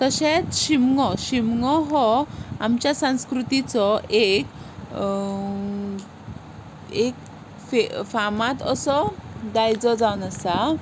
तशेंच शिगमो शिगमो हो आमच्या संस्कृतीचो एक एक फे फामाद असो दायज जावन आसा